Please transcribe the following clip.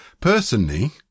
personally